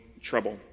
trouble